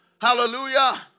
Hallelujah